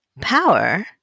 power